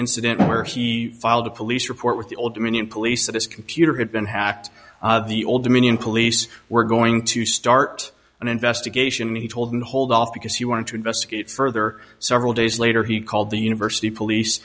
incident where he filed a police report with the old dominion police this computer had been hacked the old dominion police were going to start an investigation he told hold off because he wanted to investigate further several days later he called the university police